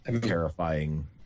terrifying